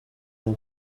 and